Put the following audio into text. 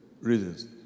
reasons